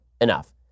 enough